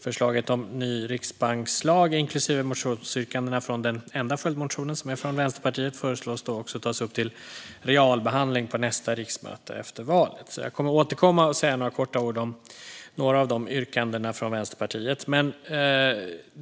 Förslaget om en ny riksbankslag - inklusive motionsyrkandena från den enda följdmotionen, som kommer från Vänsterpartiet - föreslås också tas upp till realbehandling under nästa riksmöte, det vill säga efter valet. Jag kommer att återkomma och säga några ord om några av dessa yrkanden från Vänsterpartiet.